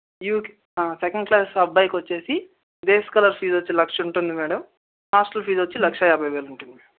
you second class అబ్బాయికొచ్చేసి day scholar fees వచ్చి లక్ష ఉంటుంది మేడం హాస్టల్ ఫీజ్ వచ్చి లక్షా యాభై వేలు ఉంటుంది